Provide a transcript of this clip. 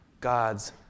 God's